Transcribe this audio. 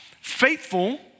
Faithful